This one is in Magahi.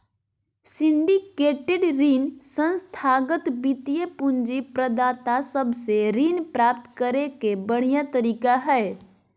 सिंडिकेटेड ऋण संस्थागत वित्तीय पूंजी प्रदाता सब से ऋण प्राप्त करे के बढ़िया तरीका हय